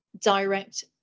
direct